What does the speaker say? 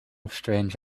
strange